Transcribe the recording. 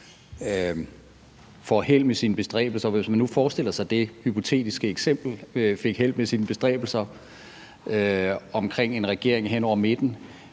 får held med sine bestræbelser. Hvis man nu forestiller sig det hypotetiske eksempel, at hun fik held med sine bestræbelser omkring en regering hen over midten,